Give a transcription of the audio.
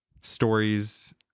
stories